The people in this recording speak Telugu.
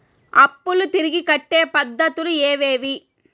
అప్పులు తిరిగి కట్టే పద్ధతులు ఏవేవి